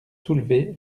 soulevés